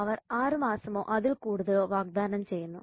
അവർ 6 മാസമോ അതിൽ കൂടുതലോ വാഗ്ദാനം ചെയ്യുന്നു